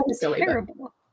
terrible